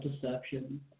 deception